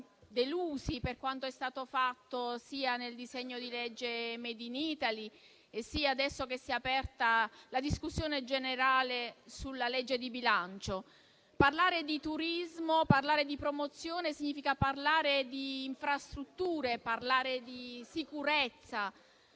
delusi per quanto è stato fatto nel disegno di legge sul *made in Italy* e adesso che si è aperta la discussione generale sul disegno di legge di bilancio. Parlare di turismo e di promozione significa parlare di infrastrutture, di sicurezza,